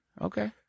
okay